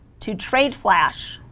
to trade flash